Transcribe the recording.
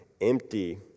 empty